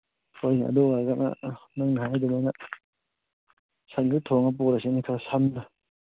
ꯍꯣꯏꯅꯦ ꯑꯗꯨ ꯑꯣꯏꯔꯒꯅ ꯅꯪꯅ ꯍꯥꯏꯔꯤꯗꯨ ꯂꯣꯏꯅ ꯁꯟꯗꯨ ꯊꯣꯡꯉ ꯄꯨꯔꯁꯤꯅꯦ ꯁꯝꯅ